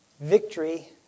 Victory